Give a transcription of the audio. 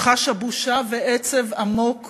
שחשה בושה ועצב עמוק